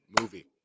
movie